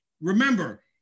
Remember